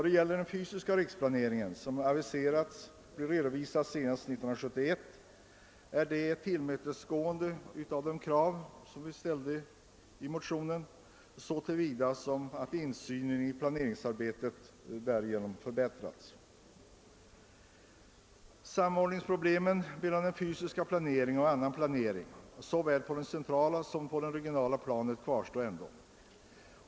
Den fysiska riksplaneringen har aviserats bli redovisad senast 1971, vilket innebär ett till mötesgående av de krav som vi: ställt i motionen så till vida som insynen i planeringsarbetet därigenom «förbättras. De problem som rör samordningen mellan fysisk planering och annan planering såväl på det centrala som på det regionala planet kvarstår ändå.